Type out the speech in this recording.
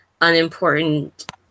unimportant